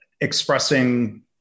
expressing